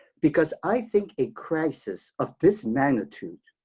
because i think a crisis of this magnitude